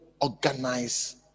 organize